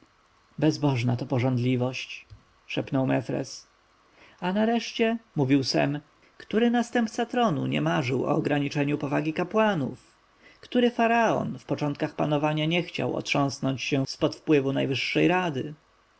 bezbożna to pożądliwość szepnął mefres a nareszcie mówił sem który następca tronu nie marzył o ograniczeniu powagi kapłanów który faraon w początkach panowania nie chciał otrząsnąć się z pod wpływu najwyższej rady